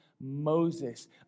Moses